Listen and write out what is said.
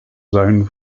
zone